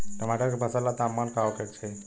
टमाटर के फसल ला तापमान का होखे के चाही?